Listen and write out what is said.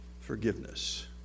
forgiveness